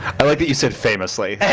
i like that you said famously.